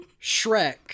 Shrek